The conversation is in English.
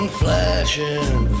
flashing